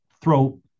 throw